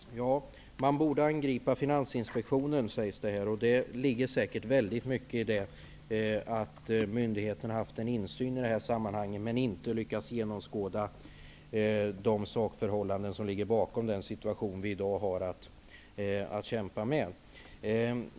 Herr talman! Det sades här att man borde angripa Finansinspektionen, och det ligger säkerligen mycket i att myndigheterna haft en insyn i dessa sammanhang men inte har lyckats genomskåda de sakförhållanden som ligger bakom den situation som vi i dag har att kämpa med.